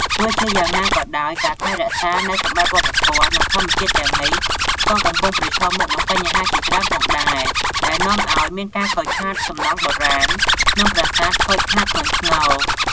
ទោះជាយ៉ាងណាក៏ដោយ ការថែរក្សានូវសម្បត្តិវប្បធម៌ និងធម្មជាតិទាំងនេះក៏កំពុងប្រឈមមុខនឹងបញ្ហាជាច្រើនផងដែរ ដែលនាំអោយមានការខូចខាតសំណង់បុរាណ និងប្រាសាទខូចខាតធ្ងន់ធ្ងរ។